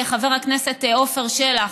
חבר הכנסת עפר שלח.